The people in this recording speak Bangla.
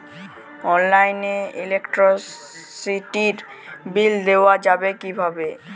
অনলাইনে ইলেকট্রিসিটির বিল দেওয়া যাবে কিভাবে?